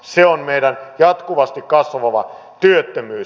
se on meidän jatkuvasti kasvava työttömyys